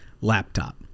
laptop